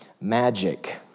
magic